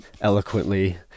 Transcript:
eloquently